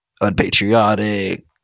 unpatriotic